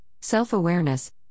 self-awareness